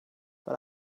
but